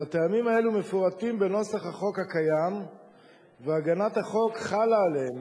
והטעמים האלו מפורטים בנוסח החוק הקיים והגנת החוק חלה עליהם.